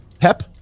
Pep